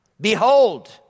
Behold